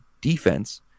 defense